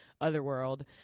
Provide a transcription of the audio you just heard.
Otherworld